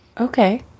okay